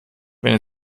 wenn